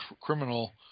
criminal